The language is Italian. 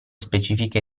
specifiche